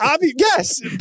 yes